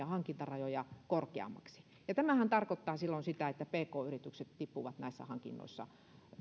hankintarajoja korkeammaksi tämähän tarkoittaa silloin sitä että pk yritykset tippuvat näissä hankinnoissa